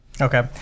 Okay